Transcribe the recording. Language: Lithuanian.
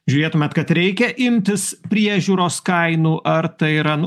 žiūrėtumėt kad reikia imtis priežiūros kainų ar tai yra